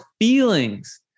feelings